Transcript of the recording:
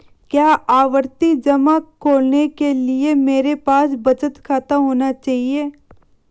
क्या आवर्ती जमा खोलने के लिए मेरे पास बचत खाता होना चाहिए?